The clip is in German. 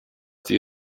die